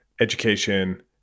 education